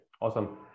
awesome